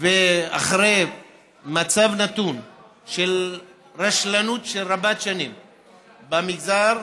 אחרי מצב נתון של רשלנות רבת-שנים במגזר,